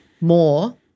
more